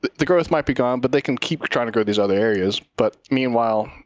the growth might be gone, but they can keep trying to grow these other areas. but meanwhile,